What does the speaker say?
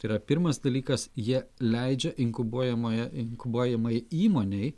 tai yra pirmas dalykas jie leidžia inkubuojamoje inkubuojamai įmonei